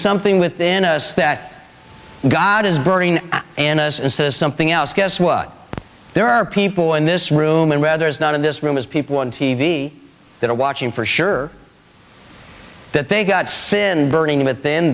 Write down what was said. something within us that god is burning and this is this something else guess what there are people in this room and rather is not in this room as people on t v that are watching for sure that they got sin burning within